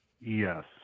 Yes